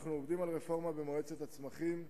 אנחנו עובדים על רפורמה במועצת הצמחים,